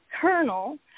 colonel